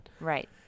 Right